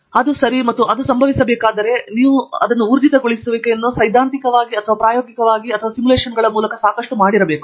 ಅದು ಸರಿ ಮತ್ತು ಅದು ಸಂಭವಿಸಬೇಕಾದರೆ ನೀವು ಊರ್ಜಿತಗೊಳಿಸುವಿಕೆಯನ್ನು ಸೈದ್ಧಾಂತಿಕವಾಗಿ ಅಥವಾ ಪ್ರಾಯೋಗಿಕವಾಗಿ ಯಾವುದೇ ಸಿಮ್ಯುಲೇಶನ್ಗಳ ಮೂಲಕ ಸಾಕಷ್ಟು ಮಾಡಿರಬೇಕು